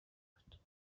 بود